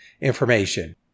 information